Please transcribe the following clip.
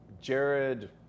jared